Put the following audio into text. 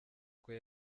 kwe